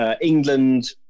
England